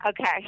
Okay